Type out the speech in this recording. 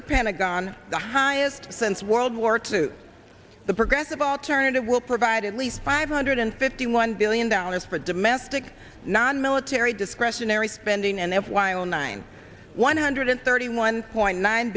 the pentagon the highest since world war two the progressive alternative will provide at least five hundred fifty one billion dollars for domestic nonmilitary discretionary spending and f y o nine one hundred thirty one point nine